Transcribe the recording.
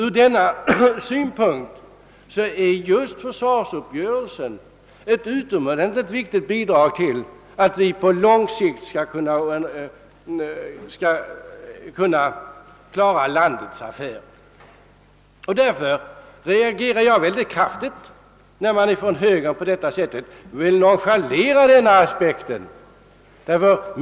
Ur denna synpunkt är just försvarsuppgörelsen ett utomordentligt viktigt bidrag till möjligheterna för oss att på lång sikt klara landets affärer. Därför reagerar jag mycket kraftigt när man från högern vill nonchalera denna aspekt.